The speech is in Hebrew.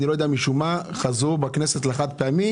משום מה חזרו בכנסת לחד-פעמי.